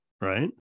right